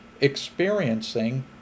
experiencing